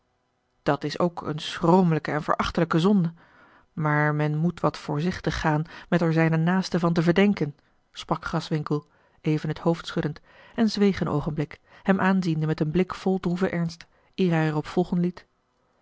dat is ook een schromelijke en verachtelijke zonde maar men moet wat voorzichtig gaan met er zijne naasten van te verdenken sprak graswinckel even het hoofd schuddend en zweeg een oogenblik hem aanziende met een blik vol droeven ernst eer hij